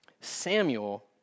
Samuel